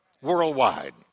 worldwide